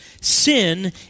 Sin